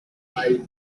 oil